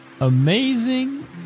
amazing